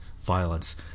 violence